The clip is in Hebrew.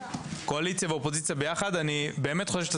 קואליציה ואופוזיציה ביחד ואני באמת חושב שאתה